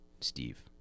Steve